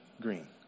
Green